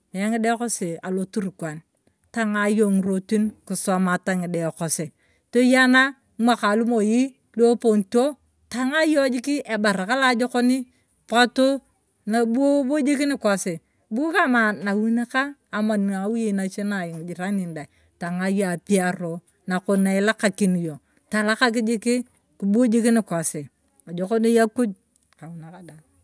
Kimie ng'idae kosi aluturkan. tung'aa iyong' ng'irotin kisomata ng'idae kosi tuyanae ng'imwakae lomoi luu eeparito tong'aa iyo jikii ebaraka loa jokoni, potuu ng'ubuu jik nikosi buu nikama nawii nakang' ama nawii nacee nang'ijiranini dae tong'aa iyong' apiaro nakori na ilakakin iyong' tolakang jikii buu nikosi ejok noi akuj kang'unaa kadwang'.